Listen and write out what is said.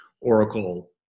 Oracle